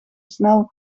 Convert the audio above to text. snel